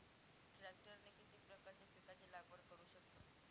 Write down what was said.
ट्रॅक्टरने किती प्रकारच्या पिकाची लागवड करु शकतो?